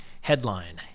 Headline